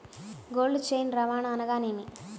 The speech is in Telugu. కోల్డ్ చైన్ రవాణా అనగా నేమి?